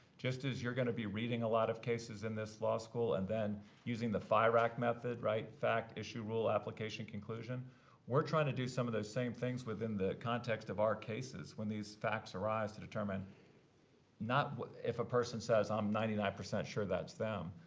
just as you're going to be reading a lot of cases in this law school and then using the firact method fact, issue, rule, application, conclusion we're trying to do some of those same things within the context of our cases when these facts arise. to determine not if a person says i'm ninety nine percent sure that's them.